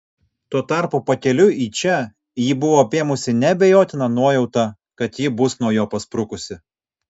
tuo tarpu pakeliui į čia jį buvo apėmusi neabejotina nuojauta kad ji bus nuo jo pasprukusi